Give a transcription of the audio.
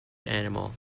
animal